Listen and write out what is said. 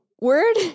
word